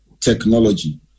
technology